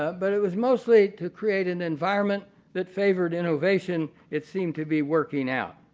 but it was mostly to create an environment that favored innovation, it seemed to be working out.